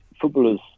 footballers